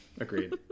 Agreed